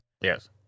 yes